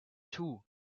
two